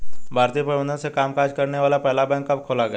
भारतीय प्रबंधन से कामकाज करने वाला पहला बैंक कब खोला गया?